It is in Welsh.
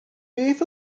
beth